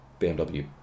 BMW